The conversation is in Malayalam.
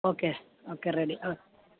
okay okay ready oh